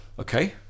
okay